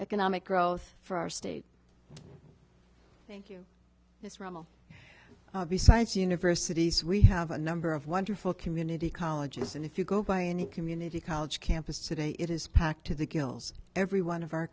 economic growth for our state thank you the science universities we have a number of wonderful community colleges and if you go by any community college campus today it is packed to the gills every one of our